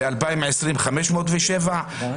בעניין נתונים ועובדות ואומרים אין תופעה,